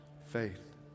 Faith